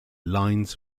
lines